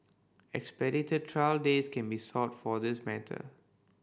expedited trial dates can be sought for this matter